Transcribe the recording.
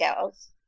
girls